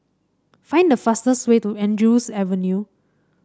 find the fastest way to Andrews Avenue